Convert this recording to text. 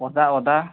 ଅଦା ଅଦା